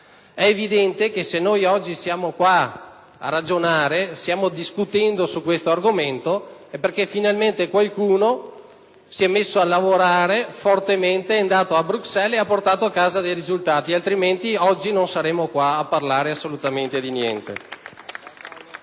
È evidente che, se noi oggi siamo qui a ragionare e discutiamo su questo argomento, è perché finalmente qualcuno si è messo a lavorare intensamente, è andato a Bruxelles e ha portato a casa dei risultati, altrimenti oggi non saremmo qua. *(Applausi dal Gruppo LNP)*.